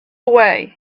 away